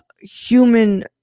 human